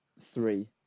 three